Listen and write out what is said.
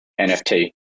NFT